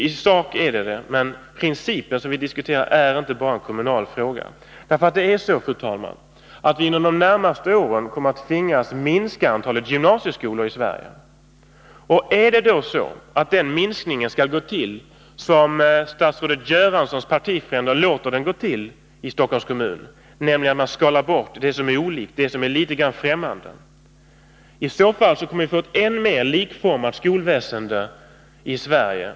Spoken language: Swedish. I sak är det en kommunal fråga, men den princip vi diskuterar är inte bara en kommunal fråga. Fru talman! Inom de närmaste åren kommer vi att tvingas minska antalet gymnasieskolor i Sverige. Skall den minskningen gå till så som statsrådet Göranssons partivänner låter den gå till i Stockholms kommun — man skalar bort det som är olika, det som är litet fftämmande — kommer vi att få ett än mer likformat skolväsende i Sverige.